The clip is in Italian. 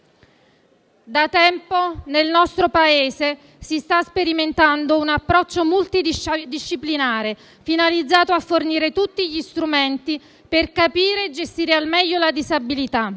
Da tempo nel nostro Paese si sta sperimentando un approccio multidisciplinare, finalizzato a fornire tutti gli strumenti per capire e gestire al meglio la disabilità,